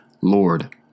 Lord